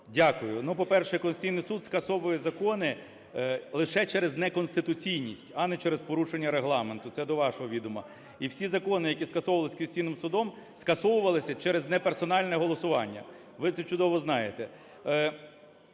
Дякую. По-перше, Конституційний Суд скасовує закони лише через неконституційність, а не через порушення Регламенту, це до вашого відома. І всі закони, які скасовувались Конституційним Судом, скасовувалися через неперсональне голосування, ви це чудово знаєте.